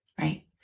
Right